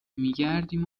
میگردیم